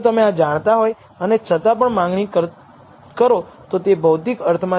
ઉપલા નિર્ણાયક મૂલ્યોની સંભાવના 5 ટકા 0